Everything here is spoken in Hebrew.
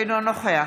אינו נוכח